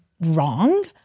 wrong